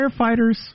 firefighters